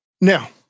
Now